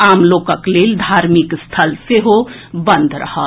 आम लोकक लेल धार्मिक स्थल सेहो बंद रहत